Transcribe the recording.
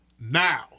now